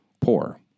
poor